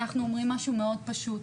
אנחנו אומרים משהו מאוד פשוט.